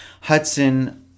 Hudson